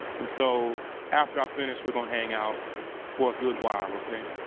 and so after i'm finished, we're going to hang out for a good while, ok?